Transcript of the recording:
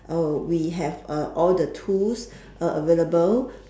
uh we have uh all the tools uh available